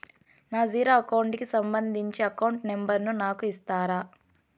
నా zero account కి సంబంధించి అకౌంట్ నెంబర్ ను నాకు ఇస్తారా